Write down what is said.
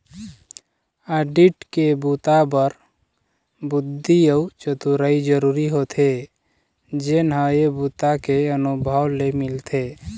audit के बूता बर बुद्धि अउ चतुरई जरूरी होथे जेन ह ए बूता के अनुभव ले मिलथे